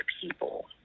people